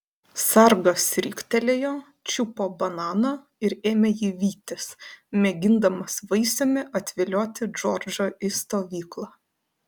sargas riktelėjo čiupo bananą ir ėmė jį vytis mėgindamas vaisiumi atvilioti džordžą į stovyklą